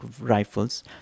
rifles